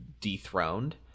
dethroned